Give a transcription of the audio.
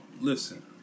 listen